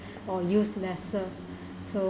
or use lesser so